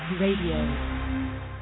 Radio